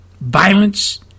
violence